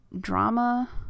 drama